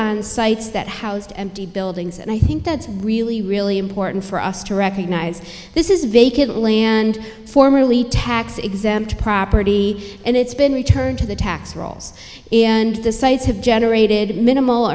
and sites that housed empty buildings and i think that's really really important for us to recognize this is vacant land formerly tax exempt property and it's been returned to the tax rolls and the sites have generated minimal